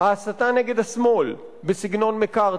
ההסתה נגד השמאל, בסגנון מקארתי.